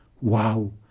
wow